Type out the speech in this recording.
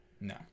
No